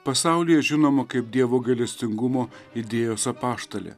pasaulyje žinoma kaip dievo gailestingumo idėjos apaštalė